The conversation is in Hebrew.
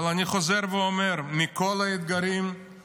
אבל אני חוזר ואומר: מכל האתגרים,